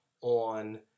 on